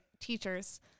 teachers